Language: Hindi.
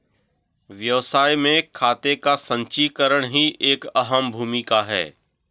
व्यवसाय में खाते का संचीकरण की एक अहम भूमिका है